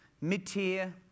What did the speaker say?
mid-tier